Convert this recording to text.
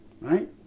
Right